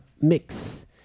mix